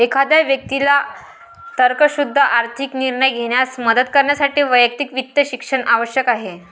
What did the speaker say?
एखाद्या व्यक्तीला तर्कशुद्ध आर्थिक निर्णय घेण्यास मदत करण्यासाठी वैयक्तिक वित्त शिक्षण आवश्यक आहे